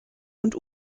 und